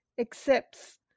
accepts